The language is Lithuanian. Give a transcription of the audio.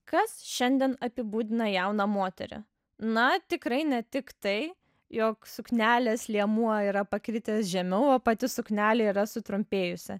kas šiandien apibūdina jauną moterį na tikrai ne tik tai jog suknelės liemuo yra pakritęs žemiau o pati suknelė yra sutrumpėjusi